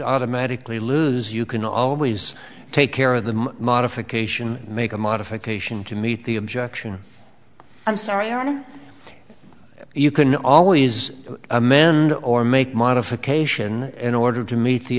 automatically lose you can always take care of the modification make a modification to meet the objection i'm sorry on you can always amend or make modification in order to meet the